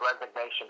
resignation